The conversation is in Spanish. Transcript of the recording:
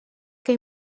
que